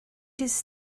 this